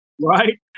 Right